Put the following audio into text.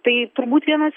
tai turbūt vienas